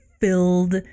filled